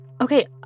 Okay